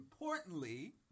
importantly